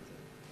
כן.